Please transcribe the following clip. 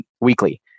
weekly